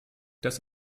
das